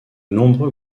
nombreux